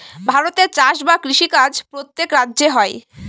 ভারতে চাষ বা কৃষি কাজ প্রত্যেক রাজ্যে হয়